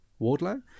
Wardlow